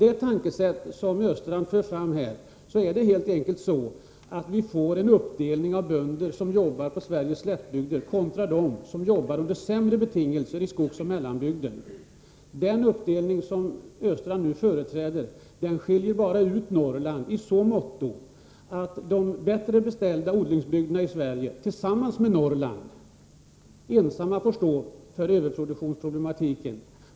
Enligt Östrands tänkesätt blir det helt enkelt en uppdelning av Sveriges bönder i jordbrukare som jobbar på slättbygderna och jordbrukare som jobbar under sämre betingelser i skogsoch mellanbygderna. Genom en sådan uppdelning skiljer man bara ut Norrland i så måtto, att jordbrukarna i de bättre ställda odlingsbygderna i Sverige tillsammans med Norrland får stå för överproduktionsproblematiken.